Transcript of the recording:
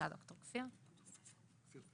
הוא יצא.